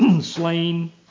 slain